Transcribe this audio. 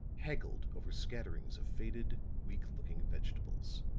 haggled over scatterings of faded, weak looking vegetables.